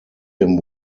him